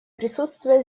присутствие